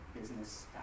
business